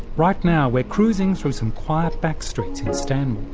right now we're cruising through some quiet back streets in stanmore.